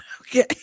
Okay